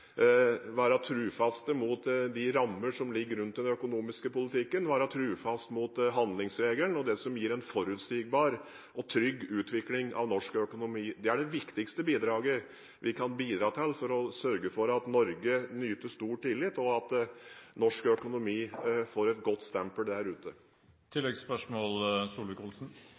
være trofaste mot de rammene som ligger rundt den økonomiske politikken, være trofaste mot handlingsregelen og det som gir en forutsigbar og trygg utvikling av norsk økonomi. Det er det viktigste bidraget vi kan gi for å sørge for at Norge nyter stor tillit, og at norsk økonomi får et godt stempel der